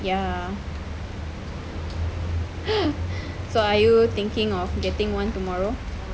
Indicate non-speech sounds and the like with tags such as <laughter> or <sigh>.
ya <noise> so are you thinking of getting one tomorrow